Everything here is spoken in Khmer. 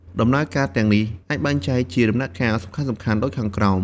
ដំណើរការទាំងនេះអាចចែកចេញជាដំណាក់កាលសំខាន់ៗដូចខាងក្រោម។